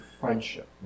friendship